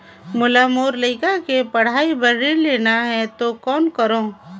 मोला मोर लइका के पढ़ाई बर ऋण लेना है तो कौन करव?